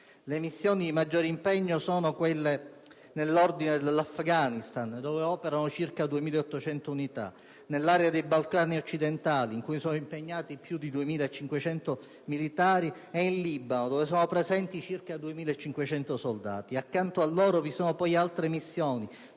Le missioni di maggiore impegno sono, nell'ordine, quelle in Afghanistan, dove operano circa 2.800 unità, nell'area dei Balcani occidentali, in cui sono impegnati più di 2.500 militari italiani, e in Libano, dove sono presenti circa 2.500 soldati. Accanto a queste sono poi in corso altre missioni